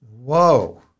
whoa